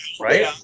Right